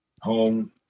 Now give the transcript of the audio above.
home